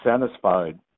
satisfied